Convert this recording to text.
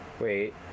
Wait